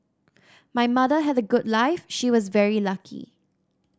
my mother had a good life she was very lucky